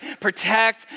Protect